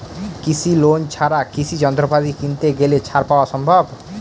কৃষি লোন ছাড়া কৃষি যন্ত্রপাতি কিনতে গেলে ছাড় পাওয়া সম্ভব?